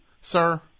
sir